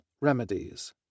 remedies